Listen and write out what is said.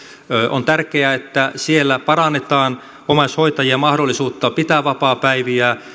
on tärkeää että siellä parannetaan omaishoitajien mahdollisuutta pitää vapaapäiviä